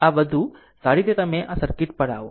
આ વધુ સારી રીતે તમે આ સર્કિટ પર આવો